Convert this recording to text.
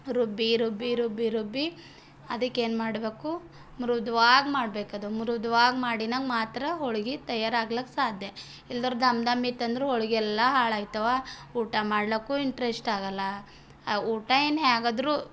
ರುಬ್ಬಿ ರುಬ್ಬಿ ರುಬ್ಬಿ ರುಬ್ಬಿ ಅದಕ್ಕೇನು ಮಾಡಬೇಕು ಮೃದುವಾಗಿ ಮಾಡಬೇಕು ಅದು ಮೃದುವಾಗಿ ಮಾಡಿನಾಗೆಗ್ ಮಾತ್ರ ಹೋಳಿಗೆ ತಯಾರು ಆಗ್ಲಿಕ್ಕೆ ಸಾಧ್ಯ ಇಲ್ದೇಯಿದ್ರ್ ದಮ್ ದಮ್ ಇತ್ತು ಅಂದರೆ ಹೋಳಿಗೆ ಎಲ್ಲ ಹಾಳು ಆಯ್ತವ ಊಟ ಮಾಡ್ಲಿಕ್ಕೂ ಇಂಟ್ರೆಸ್ಟ್ ಆಗಲ್ಲ ಊಟ ಏನು ಹೇಗಾದ್ರು